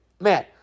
Man